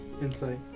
Insight